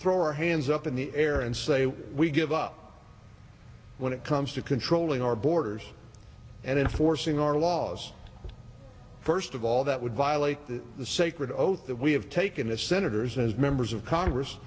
throw our hands up in the air and say we give up when it comes to controlling our borders and enforcing our laws first of all that would violate the sacred oath that we have taken as senators as members of congress